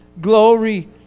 glory